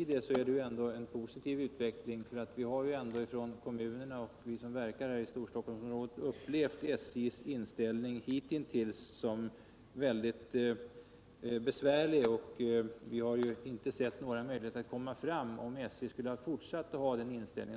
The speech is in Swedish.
är möjligen ändå en positiv utveckling kanske att vänta. Vi som verkar i kommunerna inom Stockholms län har upplevt SJ:s inställning hitintills som väldigt besvärlig. Vi ser inga möjligheter att komma någonstans, om SJ fortsätter att ha denna ståndpunkt.